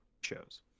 shows